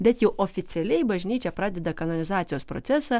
bet jau oficialiai bažnyčia pradeda kanonizacijos procesą